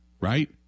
Right